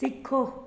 तिखो